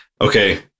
Okay